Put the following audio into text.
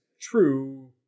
true